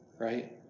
right